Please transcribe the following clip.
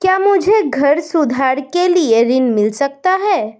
क्या मुझे घर सुधार के लिए ऋण मिल सकता है?